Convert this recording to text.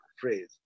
phrase